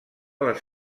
les